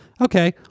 okay